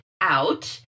out